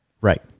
Right